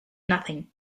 nothing